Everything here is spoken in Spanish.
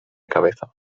cabeza